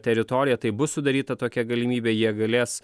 teritoriją tai bus sudaryta tokia galimybė jie galės